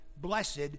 blessed